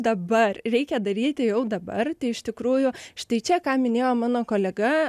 dabar reikia daryti jau dabar tai iš tikrųjų štai čia ką minėjo mano kolega